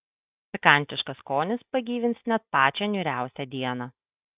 pikantiškas skonis pagyvins net pačią niūriausią dieną